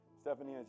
Stephanie